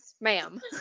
ma'am